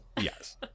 Yes